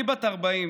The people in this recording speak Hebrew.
אני בת 40,